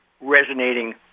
resonating